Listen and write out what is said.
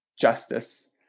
justice